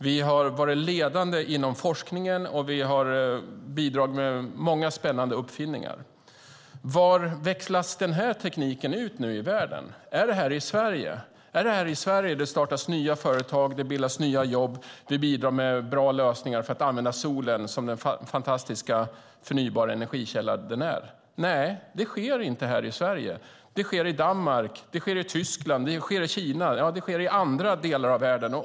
Vi har varit ledande inom forskningen och bidragit med många spännande uppfinningar. Var växlas den tekniken ut i världen? Är det i Sverige? Är det i Sverige som det startas nya företag, skapas nya jobb? Är det i Sverige man bidrar med bra lösningar för att använda solen som den fantastiska, förnybara energikälla den är? Nej, det sker inte i Sverige. Det sker i Danmark, Tyskland, Kina, i andra delar av världen.